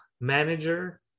manager